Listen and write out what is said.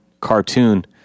cartoon